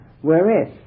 Whereas